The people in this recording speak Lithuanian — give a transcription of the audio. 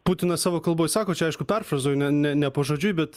putinas savo kalboj sako čia aišku perfrazuoju ne ne ne pažodžiui bet